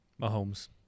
Mahomes